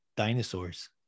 dinosaurs